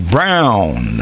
Brown